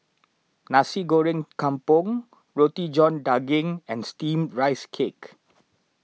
Nasi Goreng Kampung Roti John Daging and Steamed Rice Cake